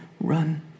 run